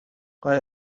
آیا